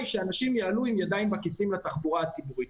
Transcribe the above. היא שאנשים יעלו עם הידיים בכיסים לתחבורה ציבורית.